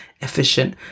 efficient